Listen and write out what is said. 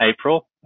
April